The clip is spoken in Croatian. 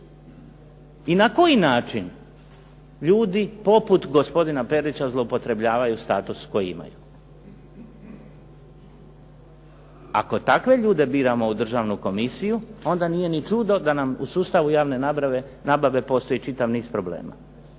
i na koji način ljudi poput gospodina Perdića zloupotrebljavaju status koji imaju? Ako takve ljude biramo u državnu komisiju onda nije ni čudo da nam u sustavu javne nabave postoji čitav niz problema.